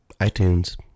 iTunes